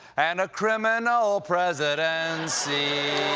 and a criminal presidency